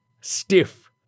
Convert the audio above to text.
Stiff